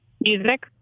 music